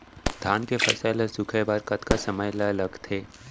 धान के फसल ल सूखे बर कतका समय ल लगथे?